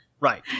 Right